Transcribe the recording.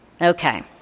Okay